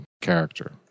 character